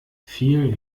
viel